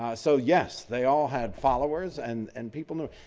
so, yes, they all had followers and and people knew.